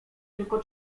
tylko